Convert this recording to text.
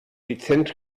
dezent